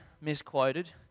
misquoted